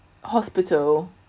hospital